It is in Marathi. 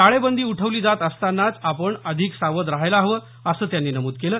टाळेबंदी उठवली जात असताना आपण अधिक सावध रहायला हवं असं त्यांनी नमूद केलं